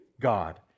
God